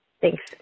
Thanks